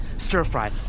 stir-fry